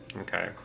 Okay